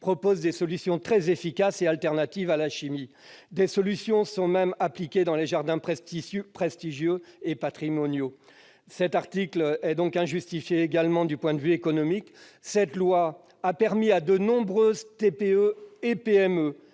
proposent des solutions très efficaces et alternatives à la chimie. Certaines sont appliquées dans les jardins prestigieux et patrimoniaux. Cet article est également injustifié du point de vue économique. La loi de 2014 a permis à de nombreuses TPE et PME